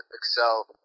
excel